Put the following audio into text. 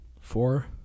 four